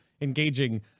engaging